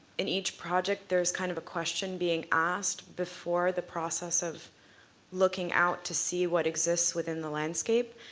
in each project there's kind of a question being asked before the process of looking out to see what exists within the landscape,